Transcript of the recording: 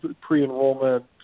pre-enrollment